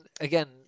again